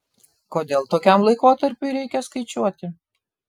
kodėl tokiam laikotarpiui reikia skaičiuoti